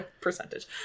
percentage